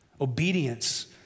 Obedience